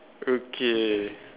okay